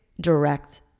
direct